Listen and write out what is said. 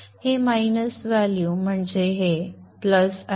हे वजा मूल्य म्हणजे हे अधिक आहे